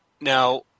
Now